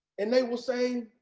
and they will say,